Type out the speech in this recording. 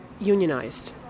unionized